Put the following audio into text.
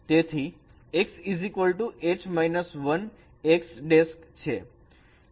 તેથી X H 1 X' છે